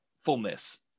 fullness